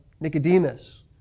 Nicodemus